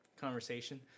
conversation